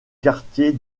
quartier